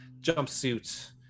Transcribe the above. jumpsuit